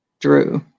drew